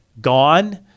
gone